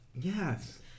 Yes